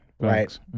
Right